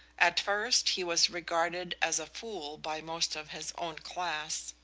at first he was regarded as a fool by most of his own class,